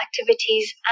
activities